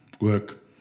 work